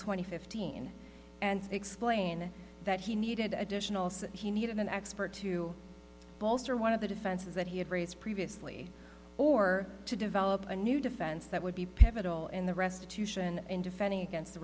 twenty fifth teen and explain that he needed additional so he needed an expert to bolster one of the defenses that he had raised previously or to develop a new defense that would be pivotal in the restitution in defending against the